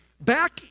Back